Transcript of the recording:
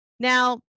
Now